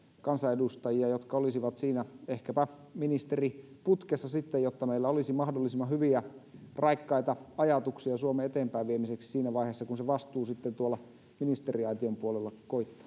kansanedustajia jotka olisivat siinä sitten ehkäpä ministeriputkessa jotta meillä olisi mahdollisimman hyviä raikkaita ajatuksia suomen eteenpäinviemiseksi siinä vaiheessa kun se vastuu sitten tuolla ministeriaition puolella